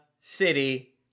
city